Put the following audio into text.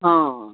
हँ